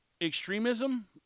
extremism